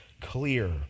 clear